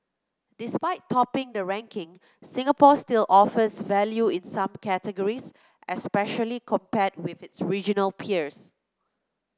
despite topping the ranking Singapore still offers value in some categories especially compared with its regional peers